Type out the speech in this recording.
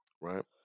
Right